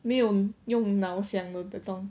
没有用脑想的的东